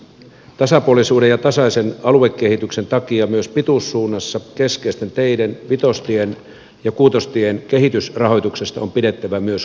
tasapuolisuuden ja tasaisen aluekehityksen takia myös pituussuunnassa keskeisten teiden vitostien ja kuutostien kehitysrahoituksesta on pidettävä huoli